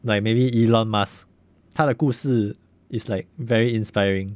like maybe elon musk 他的故事 is like very inspiring